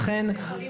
לכן,